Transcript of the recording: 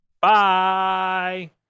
Bye